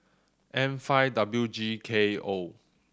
M five W G K O